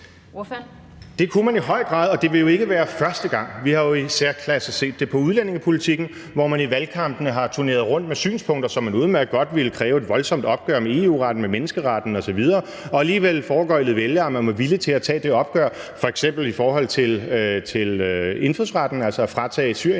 Det kunne man i høj grad, og det ville jo ikke være første gang. Vi har jo i særklasse set det i udlændingepolitikken, hvor man i valgkampene har turneret rundt med synspunkter, som man udmærket godt vidste ville kræve et voldsomt opgør med EU-retten, med menneskeretten osv., og alligevel foregøglet vælgerne, at man var villige til at tage det opgør, f.eks. i forhold til indfødsretten, altså at fratage